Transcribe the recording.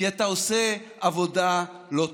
כי אתה עושה עבודה לא טובה.